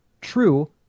True